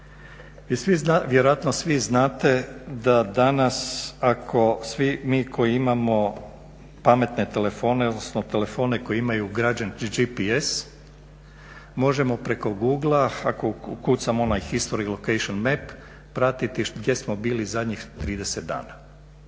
svi znate da danas ako svi mi koji imamo pametne telefone, odnosno telefone koji imaju ugrađen GPS, možemo preko googlea, ako ukucamo onaj history location map, pratiti gdje smo bili zadnjih 30 dana.